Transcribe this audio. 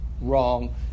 wrong